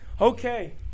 Okay